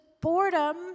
boredom